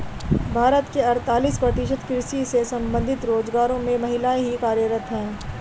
भारत के अड़तालीस प्रतिशत कृषि से संबंधित रोजगारों में महिलाएं ही कार्यरत हैं